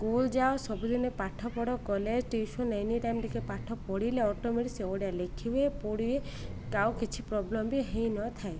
school ଯାଅ ସବୁଦିନେ ପାଠ ପଢ଼ କଲେଜ୍ ଟିଉସନ୍ ଏନି ଟାଇମ୍ ଟିକେ ପାଠ ପଢ଼ିଲେ ଅଟୋମେଟିକ୍ ସେ ଓଡ଼ିଆ ଲେଖିବେ ପଢ଼ିବେ ଆଉ କିଛି ପ୍ରୋବ୍ଲେମ୍ ବି ହେଇନଥାଏ